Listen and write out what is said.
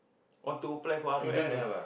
want to apply for R_O_M eh